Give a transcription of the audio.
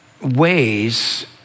ways